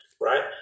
right